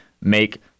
make